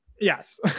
Yes